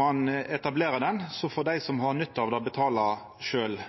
ein etablerer han, får dei som har nytte av det, betala sjølve.